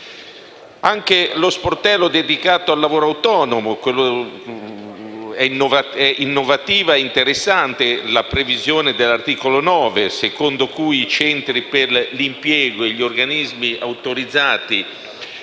è lo sportello dedicato al lavoro autonomo. Innovativa e interessante è la previsione di cui all’articolo 9 secondo cui i centri per l’impiego e gli organismi autorizzati